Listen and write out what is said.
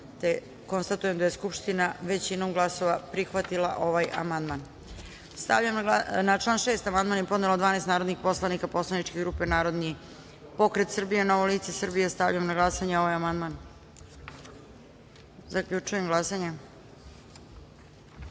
niko. Konstatujem da Skupština nije prihvatila amandman. Na član 44. amandman je podnelo 12 narodnih poslanika poslaničke grupe Narodni pokret Srbije - Novo lice Srbije. Stavljam na glasanje ovaj amandman. Zaključujem glasanje: